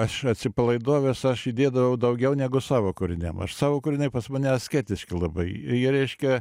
aš atsipalaidovęs aš įdėdavau daugiau negu savo kūriniam aš savo kūriniai pas mane asketiški labai jie reiškia